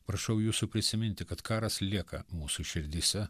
prašau jūsų prisiminti kad karas lieka mūsų širdyse